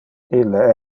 ille